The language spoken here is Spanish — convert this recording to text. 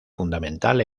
fundamental